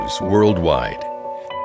worldwide